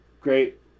Great